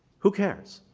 who cares,